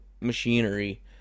machinery